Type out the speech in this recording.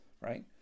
Right